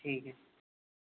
ٹھیک ہے